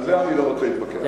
על זה אני לא רוצה להתווכח.